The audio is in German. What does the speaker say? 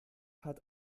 hat